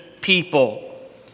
people